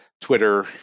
Twitter